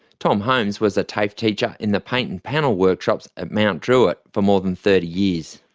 tom holmes was a tafe teacher in the paint and panel workshops at mt druitt for more than thirty years.